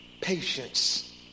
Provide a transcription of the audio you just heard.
patience